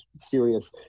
serious